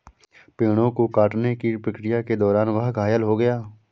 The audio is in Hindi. पेड़ों को काटने की प्रक्रिया के दौरान वह घायल हो गया